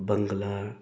Bangla